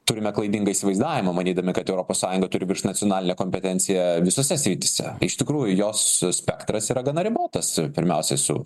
turime klaidingą įsivaizdavimą manydami kad europos sąjunga turi viršnacionalinę kompetenciją visose srityse iš tikrųjų jos spektras yra gana ribotas pirmiausiai su